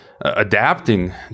adapting